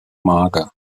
mager